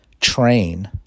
train